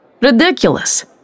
Ridiculous